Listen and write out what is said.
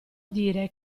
dire